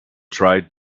tried